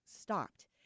stopped